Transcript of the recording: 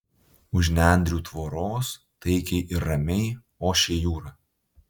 už nendrių tvoros taikiai ir ramiai ošė jūra